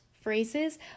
phrases